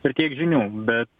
ir tiek žinių bet